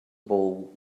bowl